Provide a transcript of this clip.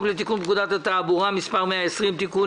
לתיקון פקודת התעבורה (מס' 120) (תיקון),